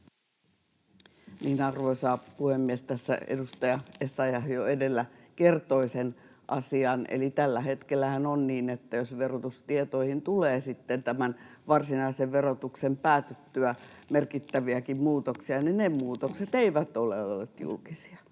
Arvoisa puhemies! Tässä edustaja Essayah jo edellä kertoi sen asian, eli tällä hetkellähän on niin, että jos verotustietoihin tulee tämän varsinaisen verotuksen päätyttyä merkittäviäkin muutoksia, niin ne muutokset eivät ole olleet julkisia.